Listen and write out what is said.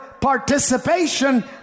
participation